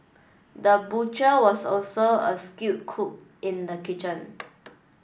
the butcher was also a skilled cook in the kitchen